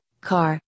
car